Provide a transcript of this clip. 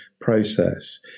process